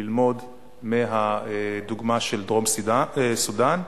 ללמוד מהדוגמה של דרום-סודן.